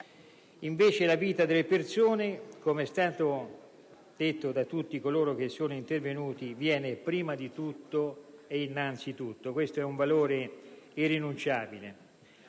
invece la vita delle persone - com'è stato evidenziato da tutti coloro che sono intervenuti - viene prima di tutto ed innanzi tutto. Questo è un valore irrinunciabile!